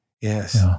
yes